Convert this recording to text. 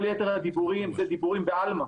כל יתר הדיבורים הם דיבורים בעלמא.